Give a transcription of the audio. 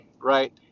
Right